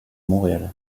montréal